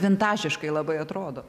vintažiškai labai atrodo